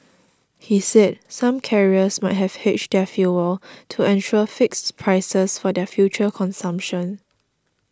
he said some carriers might have hedged their fuel to ensure fixed prices for their future consumption